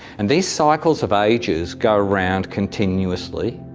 and these cycles of ages go around continuously.